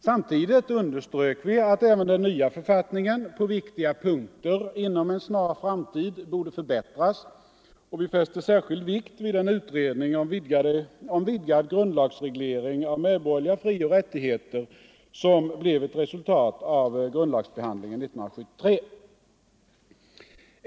Samtidigt underströk vi att även den nya författningen på viktiga punkter inom en snar framtid borde förbättras, och vi fäste särskild vikt vid den utredning om vidgad grundlagsreglering av medborgerliga frioch rättigheter som blev ett resultat av grundlagsbehandlingen 1973.